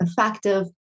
effective